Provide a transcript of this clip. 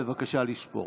בבקשה לספור.